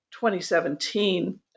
2017